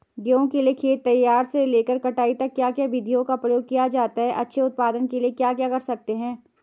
गेहूँ के लिए खेत तैयार से लेकर कटाई तक क्या क्या विधियों का प्रयोग किया जाता है अच्छे उत्पादन के लिए क्या कर सकते हैं?